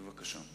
בבקשה.